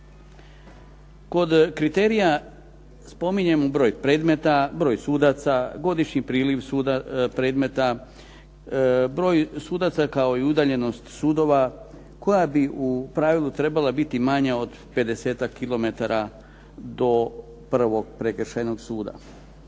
Kod kriterija spominjemo broj predmeta, broj sudaca, godišnji priliv predmeta, broj sudaca kao i udaljenost sudova koja bi u pravilu trebala biti manja od 50-tak kilometara do prvog prekršajnog suda.